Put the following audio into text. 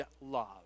love